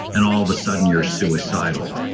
and all of a sudden, you're suicidal.